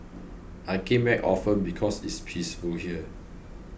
I came back often because it's peaceful here